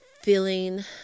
feeling